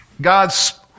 God's